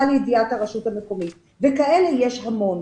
לידיעתה רשות המקומית וכאלה יש המון.